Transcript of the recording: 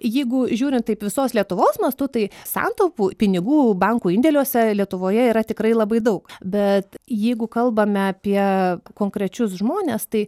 jeigu žiūrint taip visos lietuvos mastu tai santaupų pinigų bankų indėliuose lietuvoje yra tikrai labai daug bet jeigu kalbame apie konkrečius žmones tai